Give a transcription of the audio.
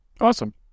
awesome